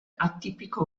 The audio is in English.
atypical